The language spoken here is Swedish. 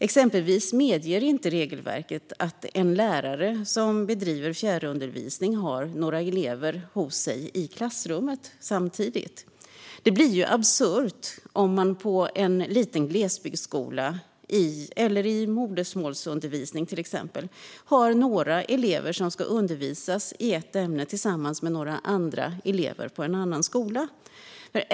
Exempelvis medger inte regelverket att en lärare som bedriver fjärrundervisning har några elever hos sig i klassrummet samtidigt. Det blir ju absurt om man på en liten glesbygdsskola, eller till exempel i modersmålsundervisning, har några elever som ska undervisas i ett ämne tillsammans med några andra elever på en annan skola.